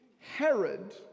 Herod